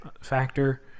factor